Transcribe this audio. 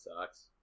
sucks